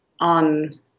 on